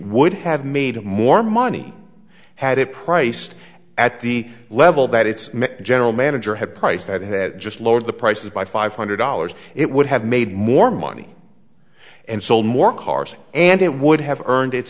would have made more money had a price at the level that its general manager had priced at had just lowered the prices by five hundred dollars it would have made more money and sold more cars and it would have earned it